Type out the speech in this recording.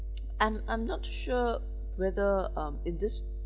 I'm I'm not sure whether um in this